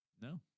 No